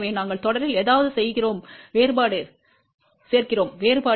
எனவே நாங்கள் தொடரில் ஏதாவது சேர்க்கிறோம் வேறுபாடு இப்போது j 0